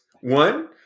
One